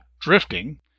drifting